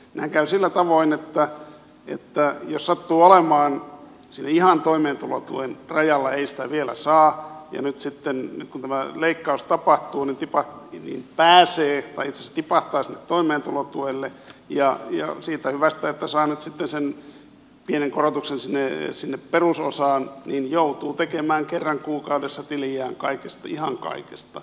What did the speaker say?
siinähän käy sillä tavoin että jos sattuu olemaan siellä ihan toimeentulotuen rajalla ei sitä vielä saa niin nyt sitten kun tämä leikkaus tapahtuu pääsee tai itse asiassa tipahtaa sinne toimeentulotuelle ja siitä hyvästä että saa nyt sitten sen pienen korotuksen sinne perusosaan joutuu tekemään kerran kuukaudessa tiliä kaikesta ihan kaikesta